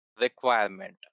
requirement